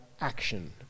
action